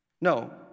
No